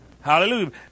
Hallelujah